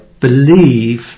believe